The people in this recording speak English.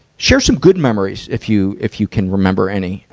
share some good memories, if you, if you can remember any,